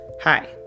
Hi